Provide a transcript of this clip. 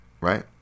right